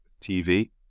TV